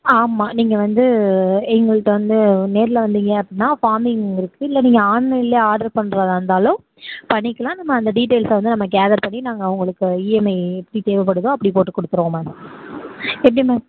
ஆமாம் நீங்கள் வந்து எங்கள்கிட்ட வந்து நேரில் வந்திங்க அப்படின்னா ஃபாமிங் இருக்குது இல்லை நீங்கள் ஆன்லைனிலே ஆர்டர் பண்ணுறதா இருந்தாலும் பண்ணிக்கலாம் நம்ம அந்த டீட்டெயில்ஸை வந்து நம்ம கேதர் பண்ணி நாங்கள் அவங்களுக்கு இஎம்ஐ எப்படி தேவைப்படுதோ அப்படி போட்டு கொடுத்துருவோம் மேம் எப்படி மேம்